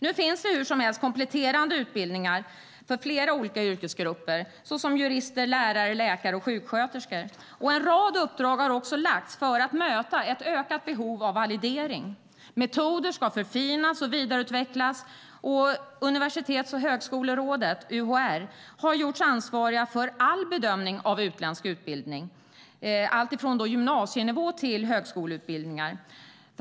Nu finns det hur som helst kompletterande utbildningar för flera olika yrkesgrupper, till exempel jurister, lärare, läkare och sjuksköterskor. En rad uppdrag har också lagts ut för att möta ett ökat behov av validering. Metoder ska förfinas och vidareutvecklas, och Universitets och högskolerådet, UHR, har gjorts ansvarigt för all bedömning av utländsk utbildning alltifrån gymnasienivå till högskoleutbildningar.